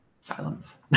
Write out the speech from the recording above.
silence